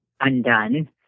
undone